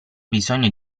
bisogno